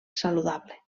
saludable